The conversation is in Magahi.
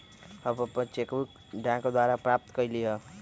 हम अपन चेक बुक डाक द्वारा प्राप्त कईली ह